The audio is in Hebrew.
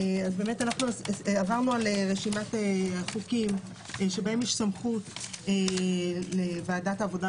עברנו על רשימת החוקים שבהם יש סמכות לוועדת העבודה,